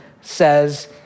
says